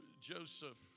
Joseph